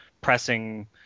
pressing